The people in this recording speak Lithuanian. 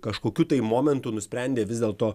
kažkokiu tai momentu nusprendė vis dėlto